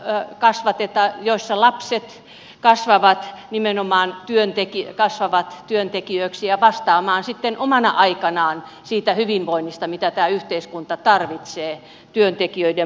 ei perheet joissa lapset kasvavat työntekijöiksi vastaamaan sitten omana aikanaan siitä hyvinvoinnista mitä tämä yhteiskunta tarvitsee työntekijöiden muodossa